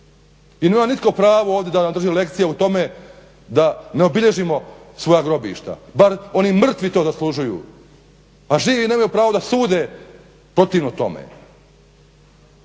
i nema nitko pravo ovdje da nam drži lekcije o tome da ne obilježimo svoja grobišta, bar oni mrtvi to zaslužuju, a … pravo da sude protivno tome.